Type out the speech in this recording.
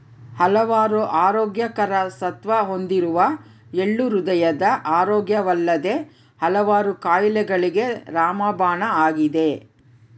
ಹಲವಾರು ಆರೋಗ್ಯಕರ ಸತ್ವ ಹೊಂದಿರುವ ಎಳ್ಳು ಹೃದಯದ ಆರೋಗ್ಯವಲ್ಲದೆ ಹಲವಾರು ಕಾಯಿಲೆಗಳಿಗೆ ರಾಮಬಾಣ ಆಗಿದೆ